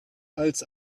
als